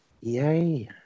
Yay